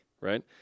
right